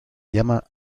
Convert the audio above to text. llama